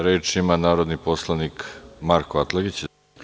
Reč ima narodni poslanik Marko Atlagić.